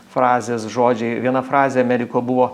frazės žodžiai viena frazė ameriko buvo